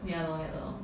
ya lor ya lor